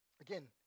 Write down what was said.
Again